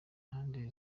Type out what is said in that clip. mpande